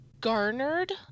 garnered